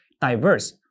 diverse